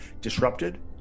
disrupted